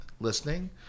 listening